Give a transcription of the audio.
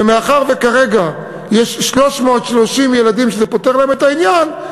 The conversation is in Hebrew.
ומאחר שכרגע יש 330 ילדים שזה פותר להם את העניין,